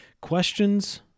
questions